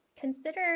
consider